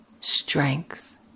strength